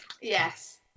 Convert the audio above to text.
Yes